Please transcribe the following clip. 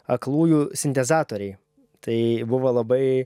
aklųjų sintezatoriai tai buvo labai